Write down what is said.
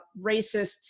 racists